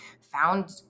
found